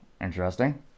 Interesting